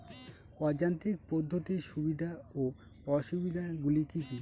অযান্ত্রিক পদ্ধতির সুবিধা ও অসুবিধা গুলি কি কি?